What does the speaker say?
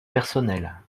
personnel